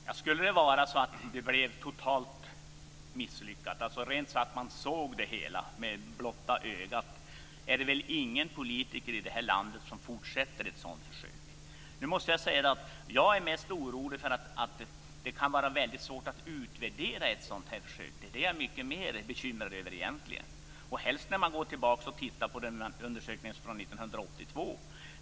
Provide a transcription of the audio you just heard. Herr talman! Om det här skulle bli totalt misslyckat, så att man ser det med blotta ögat, skulle väl ingen politiker i det här landet fortsätta med ett sådant försök. Jag är mest orolig över att det kan vara svårt att utvärdera ett sådant här försök. Det är jag egentligen mycket mer bekymrad över. Man kan gå tillbaka och titta på undersökningen från 1982.